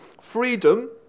freedom